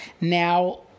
Now